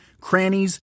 crannies